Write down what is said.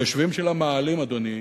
היושבים של המאהלים, אדוני,